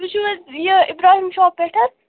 تُہۍ چھُو حظ یہِ اِبراہیِم شاپ پٮ۪ٹھ حظ